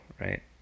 right